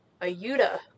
ayuda